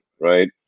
right